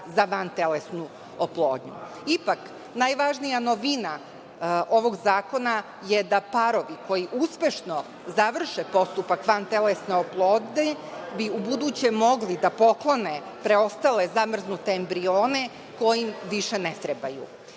za vantelesnu oplodnju. Ipak, najvažnija novina ovog zakona je da bi parovi koji uspešno završe postupak vantelesne oplodnje ubuduće mogli da poklone preostale zamrznute embrione koji im više ne trebaju.